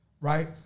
right